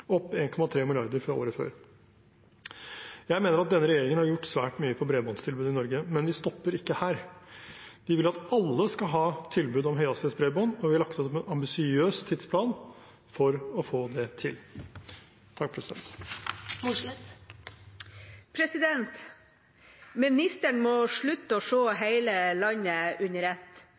opp 1,3 mrd. kr fra året før. Jeg mener denne regjeringen har gjort svært mye for bredbåndstilbudet i Norge, men vi stopper ikke her. Vi vil at alle skal ha tilbud om høyhastighetsbredbånd, og vi har lagt frem en ambisiøs tidsplan for å få det til. Ministeren må slutte å se hele landet under ett.